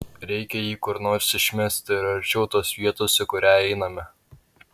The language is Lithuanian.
reikia jį kur nors išmesti ir arčiau tos vietos į kurią einame